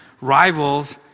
rivals